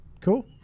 Cool